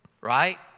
right